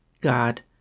God